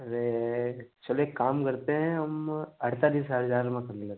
अरे चलिए यह एक काम करते हैं हम अड़तालीस हज़ार में कर लेते हैं